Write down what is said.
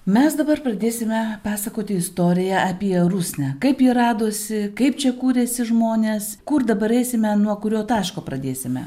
mes dabar pradėsime pasakoti istoriją apie rusnę kaip ji radosi kaip čia kūrėsi žmonės kur dabar eisime nuo kurio taško pradėsime